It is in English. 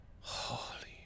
holy